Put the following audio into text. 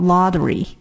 Lottery